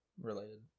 related